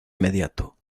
inmediato